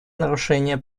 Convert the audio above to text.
нарушения